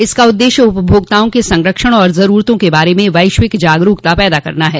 इसका उद्देश्य उपभोक्ताओं के संरक्षण और जरूरतों के बारे में वैश्विक जागरूकता पैदा करना है